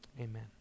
Amen